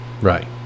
Right